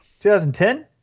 2010